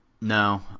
No